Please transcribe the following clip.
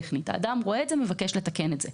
אדם רואה את זה, ומבקש לתקן את זה.